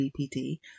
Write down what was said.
BPD